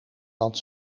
want